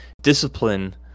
discipline